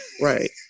Right